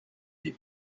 des